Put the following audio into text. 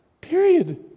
Period